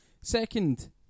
second